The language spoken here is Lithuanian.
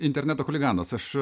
interneto chuliganas aš